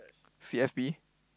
C S P